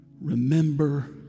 remember